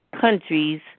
countries